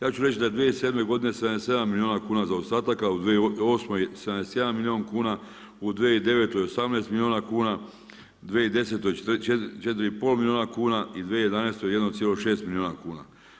Ja ću reći da je 2007. 77 milijuna kuna zaostataka, u 2008. 71 milijun kuna, u 2009. 18 milijuna kuna, 2010. 4,5 milijuna kuna i 2011. 1,6 milijuna kuna.